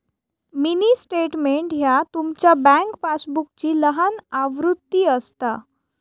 mini statement ह्या तुमचा bank पासबुकची लहान आवृत्ती असता